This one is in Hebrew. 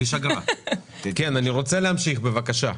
אני רוצה להמשיך, בבקשה.